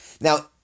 Now